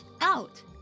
Out